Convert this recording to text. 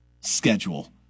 schedule